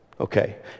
Okay